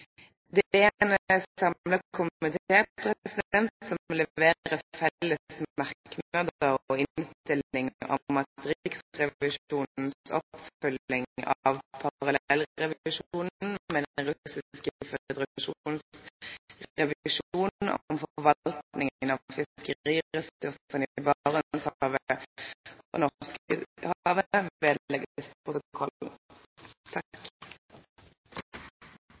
Det er en samlet komité som leverer felles merknader og innstilling om at Riksrevisjonens oppfølging av parallellrevisjonen med Den russiske føderasjonens revisjon om forvaltningen av